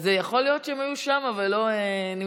אז יכול להיות שהם היו שם ולא נמצאים,